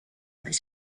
this